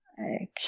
Okay